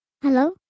Hello